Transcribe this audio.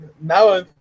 now